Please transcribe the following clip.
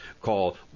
Call